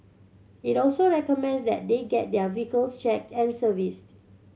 it also recommends that they get their vehicles checked and serviced